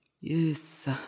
Yes